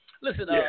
Listen